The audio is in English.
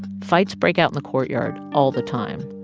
fights break out in the courtyard all the time.